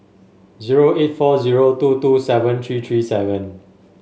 zero eight four zero two two seven three three seven